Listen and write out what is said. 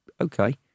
okay